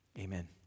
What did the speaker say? Amen